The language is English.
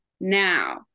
now